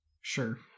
Sure